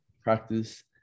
Practice